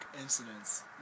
incidents